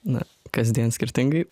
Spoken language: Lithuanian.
na kasdien skirtingai